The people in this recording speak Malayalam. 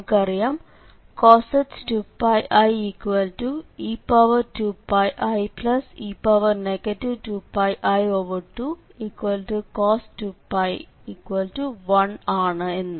നമുക്കറിയാം cosh 2πi e2πie 2πi2cos2π1ആണ് എന്ന്